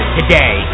today